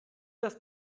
das